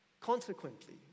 Consequently